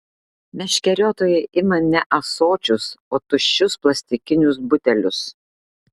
meškeriotojai ima ne ąsočius o tuščius plastikinius butelius